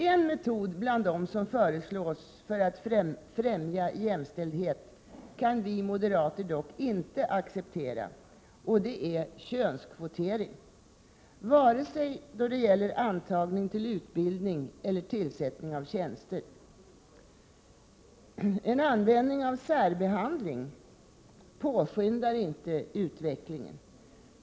En av de metoder som föreslås för att främja jämställdhet kan vi moderater dock inte acceptera. Det gäller könskvotering. Vi kan inte acceptera könskvotering vare sig det gäller antagning till utbildning eller tillsättning av tjänster. En särbehandling påskyndar inte utvecklingen.